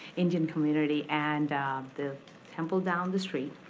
indian community and the temple down the street,